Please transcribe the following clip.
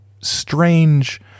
strange